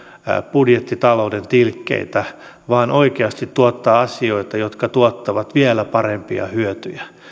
budjettitalouden tilkkeitä vaan oikeasti tuottaa asioita jotka tuottavat vielä parempia hyötyjä